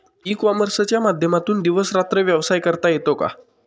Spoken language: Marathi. ई कॉमर्सच्या माध्यमातून दिवस रात्र व्यवसाय करता येतो का?